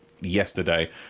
yesterday